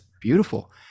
beautiful